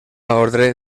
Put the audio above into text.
ordre